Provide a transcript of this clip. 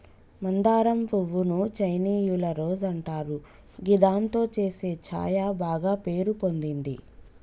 మందారం పువ్వు ను చైనీయుల రోజ్ అంటారు గిదాంతో చేసే ఛాయ బాగ పేరు పొందింది